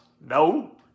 No